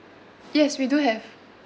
yes we do have